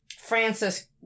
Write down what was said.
francis